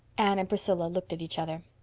anne and priscilla looked at each other.